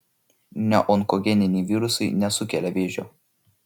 neonkogeniniai virusai nesukelia vėžio